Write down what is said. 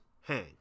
hang